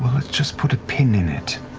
let's just put a pin in it,